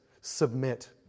Submit